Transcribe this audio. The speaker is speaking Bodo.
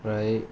ओमफ्राय